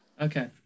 Okay